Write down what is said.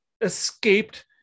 escaped